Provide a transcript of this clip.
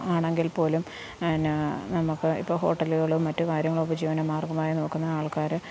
ആണെങ്കിൽ പോലും എന്നാ നമുക്ക് ഇപ്പം ഹോട്ടലുകളും മറ്റു കാര്യങ്ങളും ഉപജീവന മാർഗമായി നോക്കുന്ന ആൾക്കാര്